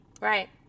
Right